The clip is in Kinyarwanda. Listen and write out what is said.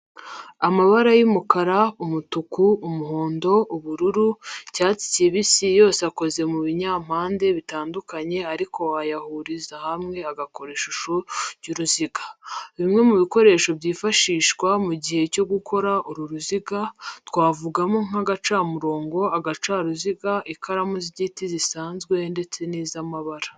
Amabara y'umukara, umutuku, umuhondo, ubururu, icyatsi kibisi yose akoze mu binyampande bitandukanye ariko wayahuriza hamwe agakora ishusho y'uruziga. Bimwe mu bikoresho byifashishijwe mu gihe cyo gukora uru ruziga, twavugamo nk'agacamurongo, agacaruziga, ikaramu z'igiti zisanzwe ndetse n'iz'amabara.